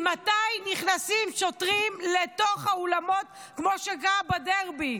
ממתי נכנסים שוטרים לתוך האולמות, כמו שקרה בדרבי?